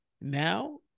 now